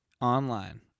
online